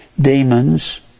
demons